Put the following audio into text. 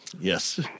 Yes